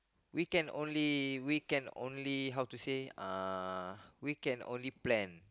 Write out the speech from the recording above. we can only we can only how to say uh we can only plan